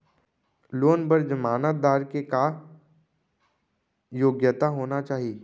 Loan बर जमानतदार के का योग्यता होना चाही?